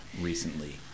recently